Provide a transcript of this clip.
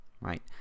right